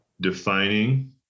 defining